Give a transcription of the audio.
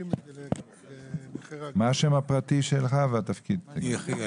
אני יחיאל